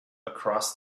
across